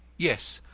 yes,